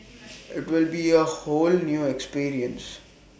IT will be A whole new experience